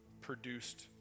produced